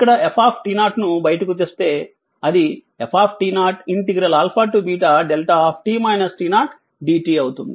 ఇక్కడ f ను బయటకు తెస్తే అది f δ dt అవుతుంది